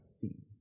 seen